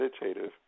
meditative